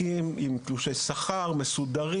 עם תלושי שכר, מסודרים.